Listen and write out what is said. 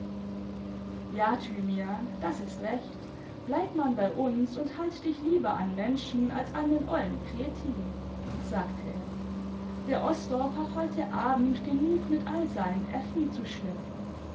ja thymian das ist recht bleib man bei uns und halt dich lieber an menschen als an den ollen kretin sagte er der osdorff hat heute abend genug mit kll seinen f'n zu schleppen